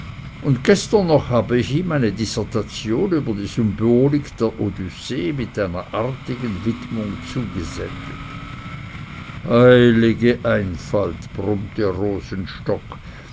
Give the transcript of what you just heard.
und gestern noch habe ich ihm meine dissertation über die symbolik der odyssee mit einer artigen widmung zugesendet heilige einfalt brummte rosenstock